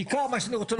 בעיקר מה שאני רוצה לומר,